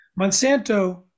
Monsanto